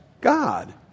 God